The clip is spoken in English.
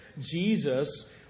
Jesus